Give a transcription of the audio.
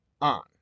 on